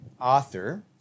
author